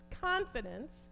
confidence